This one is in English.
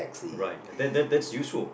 right and that that that's useful